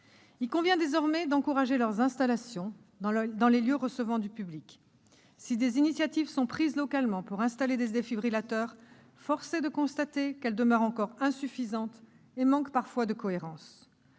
Il convient désormais d'encourager leur installation dans les lieux recevant du public. Si des initiatives sont prises localement pour installer des défibrillateurs, force est de constater qu'elles demeurent encore insuffisantes et manquent parfois de cohérence.